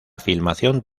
filmación